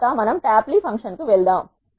తరువాత మనం ట్యాప్లీ ఫంక్షన్కు వెళ్దాం